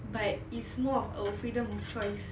but it's more of a freedom of choice